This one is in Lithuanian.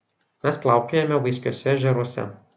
mes plaukiojame vaiskiuose ežeruose